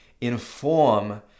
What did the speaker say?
inform